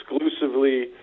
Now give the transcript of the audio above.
exclusively